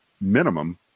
minimum